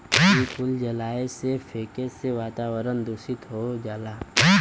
इ कुल जलाए से, फेके से वातावरन दुसित हो जाला